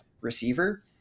receiver